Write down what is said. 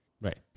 Right